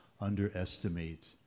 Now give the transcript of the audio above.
underestimate